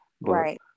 Right